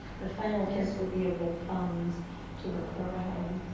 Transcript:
the final kiss will be of the thumbs to the forehead.